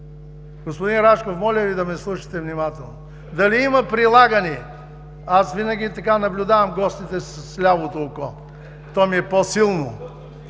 Господин Рашков, моля Ви да ме слушате внимателно! Дали има прилагани… Винаги наблюдавам гостите с лявото око, то ми е по-силно,